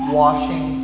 washing